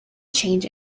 change